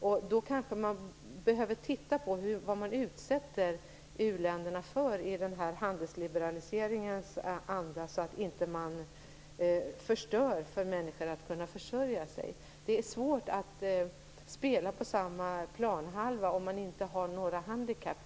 Därför behöver man kanske titta på vad man utsätter u-länderna för i handelsliberaliseringens anda så att man inte förstör människors möjligheter att kunna försörja sig. Det är svårt att spela på samma planhalva om man inte har några handikapp.